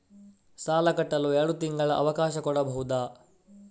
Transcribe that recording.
ಸಾಲ ಕಟ್ಟಲು ಎರಡು ತಿಂಗಳ ಅವಕಾಶ ಕೊಡಬಹುದಾ?